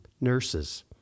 nurses